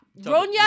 Ronya